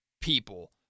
people